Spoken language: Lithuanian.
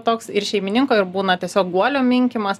toks ir šeimininko ir būna tiesiog guolio minkymas